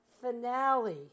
finale